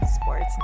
Sports